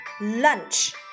lunch